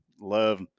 love